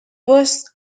was